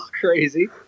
crazy